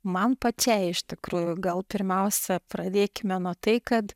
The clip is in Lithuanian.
man pačiai iš tikrųjų gal pirmiausia pradėkime nuo tai kad